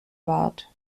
bart